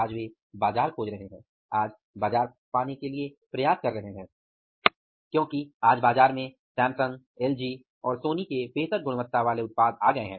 आज वे बाजार खोज रहे हैं आज बाजार के लिए प्रयास कर रहे हैं क्योंकि आज बाज़ार में सैमसंग एलजी और सोनी के बेहतर गुणवत्ता वाले उत्पाद आ गए हैं